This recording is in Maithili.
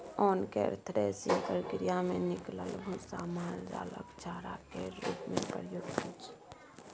ओन केर थ्रेसिंग प्रक्रिया मे निकलल भुस्सा माल जालक चारा केर रूप मे प्रयुक्त होइ छै